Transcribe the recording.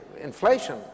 inflation